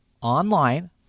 online